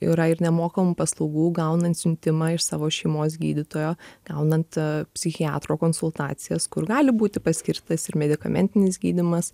yra ir nemokamų paslaugų gaunant siuntimą iš savo šeimos gydytojo gaunant psichiatro konsultacijas kur gali būti paskirtas ir medikamentinis gydymas